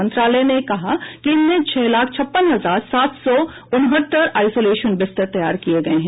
मंत्रालय ने कहा कि इनमें छह लाख छप्पन हजार सात सौ उनहत्तर आइसोलेशन बिस्तर तैयार किए गए हैं